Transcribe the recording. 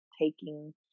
taking